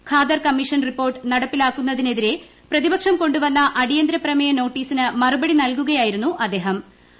Khader commission report നടപ്പിലിക്കുന്നതിനെതിരെ പ്രതിപക്ഷം കൊണ്ടുവന്ന അടിയന്തിരപ്പ്മേയ നോട്ടീസിന് മറുപടി നൽകുകയായിരുന്നു അദ്ദേഹൃ